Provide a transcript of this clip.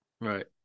right